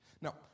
Now